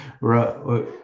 Right